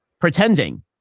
pretending